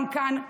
גם כאן,